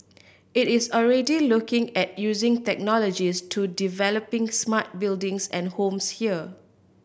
it is already looking at using technologies to developing smart buildings and homes here